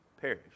perish